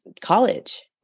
college